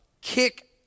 kick